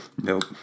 Nope